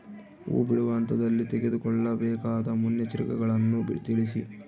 ಹೂ ಬಿಡುವ ಹಂತದಲ್ಲಿ ತೆಗೆದುಕೊಳ್ಳಬೇಕಾದ ಮುನ್ನೆಚ್ಚರಿಕೆಗಳನ್ನು ತಿಳಿಸಿ?